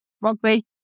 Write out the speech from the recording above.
Rugby